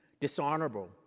dishonorable